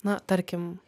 na tarkim